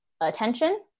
attention